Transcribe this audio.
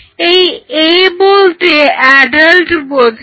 এই A বলতে adult বোঝায়